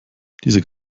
diese